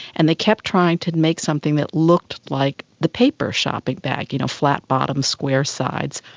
and they kept trying to make something that looked like the paper shopping bag, you know, flat bottom, square sides.